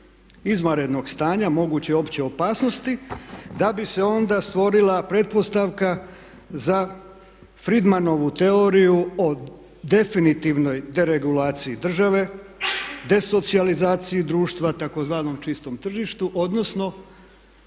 izvanrednog stanja moguće opće opasnosti, da bi se onda stvorila pretpostavka za Fridmanovu teoriju o definitivnoj deregulaciji države, desocijalizaciji društva tzv. čistom tržištu, odnosno